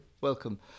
welcome